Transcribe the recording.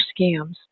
scams